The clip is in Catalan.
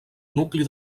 nucli